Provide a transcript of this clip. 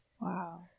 Wow